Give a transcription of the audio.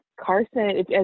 Carson